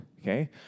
okay